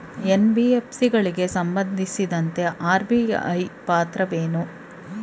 NBFC ಗಳಿಗೆ ಸಂಬಂಧಿಸಿದಂತೆ RBI ಪಾತ್ರವೇನು?